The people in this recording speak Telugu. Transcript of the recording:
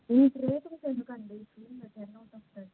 ఈ క్రియేటివిటీ ఎందుకండీ మీకు టెన్ అవుట్ ఆఫ్ టెన్